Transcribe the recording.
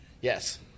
Yes